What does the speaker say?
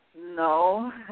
No